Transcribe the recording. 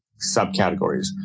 subcategories